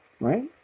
right